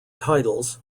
titles